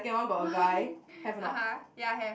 why (uh huh) ya have